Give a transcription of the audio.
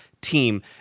team